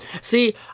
See